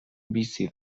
bizi